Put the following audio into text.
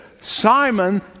Simon